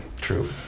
True